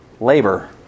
Labor